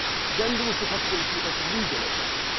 then, there was the possibility of legal attack,